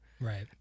Right